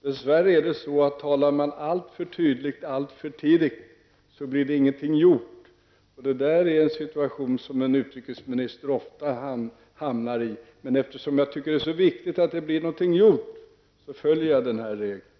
Dess värre är det på det sättet att om man talar alltför tydligt alltför tidigt, så blir det ingenting gjort. Det är en situation som en utrikesminister ofta hamnar i. Men eftersom jag anser att det är så viktigt att det blir någonting gjort, så följer jag den här regeln.